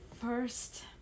first